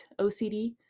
ocd